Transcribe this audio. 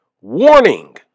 Warning